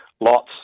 Lots